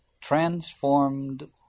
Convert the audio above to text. transformed